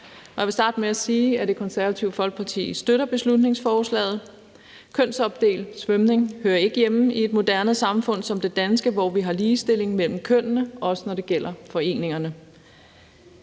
Jeg vil starte med at sige, at Det Konservative Folkeparti støtter beslutningsforslaget. Kønsopdelt svømning hører ikke hjemme i et moderne samfund som det danske, hvor vi har ligestilling mellem kønnene, også når det gælder foreningerne